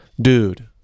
dude